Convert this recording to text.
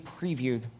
previewed